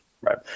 right